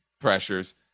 pressures